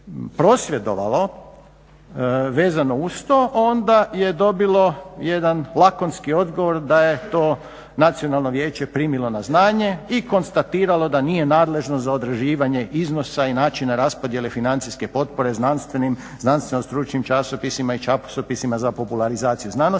prosvjedovalo vezano uz to, onda je dobilo jedan lakonski odgovor da je to Nacionalno vijeće primilo na znanje i konstatiralo da nije nadležno za određivanje iznosa i načina raspodjele financijske potpore znanstveno stručnim časopisima i časopisima za popularizaciju znanosti